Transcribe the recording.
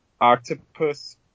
octopus